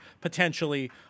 potentially